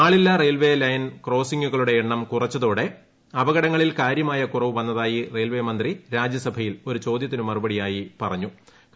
ആളില്ലാ railway level ക്രോസിംഗുകളുടെ എണ്ണം കുറച്ച്തോടെ അപകടങ്ങളിൽ കാര്യമായ കുറവ് വന്നതായി റെയിൽബ് മീന്തി രാജ്യസഭയിൽ ഒരു ചോദ്യത്തിന് മറുപടിയായി പ്പിറ്റിങ്ങ്തു